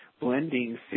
blending